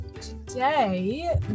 Today